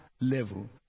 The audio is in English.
level